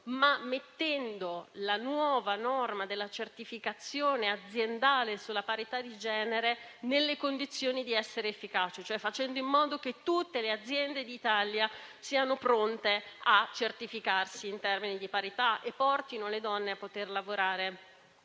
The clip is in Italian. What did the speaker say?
mettendo però la nuova norma della certificazione aziendale sulla parità di genere nelle condizioni di essere efficace, facendo cioè in modo che tutte le aziende d'Italia siano pronte a certificarsi in termini di parità e portino le donne a poter lavorare